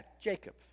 Jacob